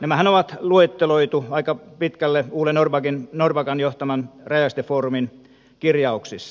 nämähän on luetteloitu aika pitkälle ole norrbackin johtaman rajaestefoorumin kirjauksissa